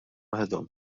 waħedhom